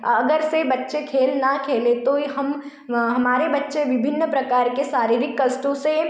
अगर से बच्चे खेल न खेलें तो यह हम हमारे बच्चे विभिन्न प्रकार के शारीरिक कष्टों से